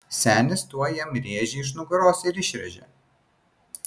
senis tuoj jam rėžį iš nugaros ir išrėžė